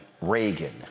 Reagan